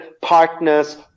partners